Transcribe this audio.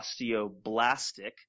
osteoblastic